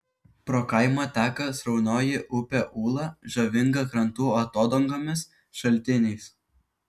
pro kaimą teka sraunioji upė ūla žavinga krantų atodangomis šaltiniais